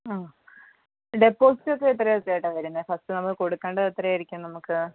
ആ ഡെപ്പോസിറ്റ് ഒക്കെ എത്രയാ ചേട്ടാ വരുന്നത് ഫസ്റ്റ് നമ്മൾ കൊടുക്കേണ്ടത് എത്രയായിരിക്കും നമുക്ക്